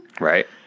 Right